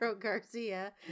Garcia